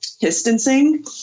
distancing